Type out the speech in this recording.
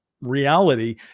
reality